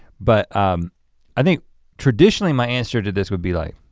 but i think traditionally my answer to this would be like,